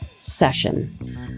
session